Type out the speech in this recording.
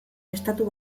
estatu